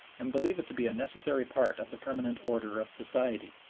and believe it to be a necessary part of the permanent order of society.